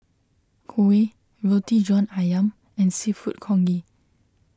Kuih Roti John Ayam and Seafood Congee